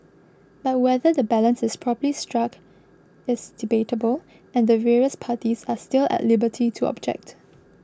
but whether the balance is properly struck is debatable and the various parties are still at liberty to object